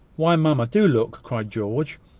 why, mamma! do look! cried george,